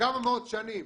כמה מאות שנים,